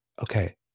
okay